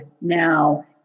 now